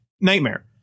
Nightmare